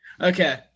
Okay